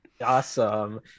Awesome